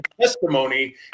testimony